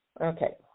Okay